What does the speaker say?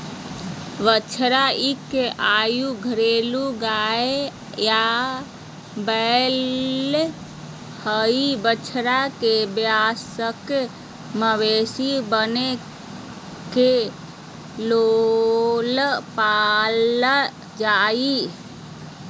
बछड़ा इक युवा घरेलू गाय या बैल हई, बछड़ा के वयस्क मवेशी बने के लेल पालल जा हई